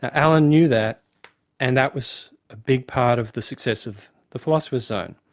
alan knew that and that was a big part of the success of the philosopher's zone